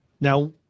now